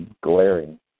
glaring